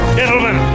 Gentlemen